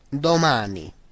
domani